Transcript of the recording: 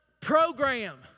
program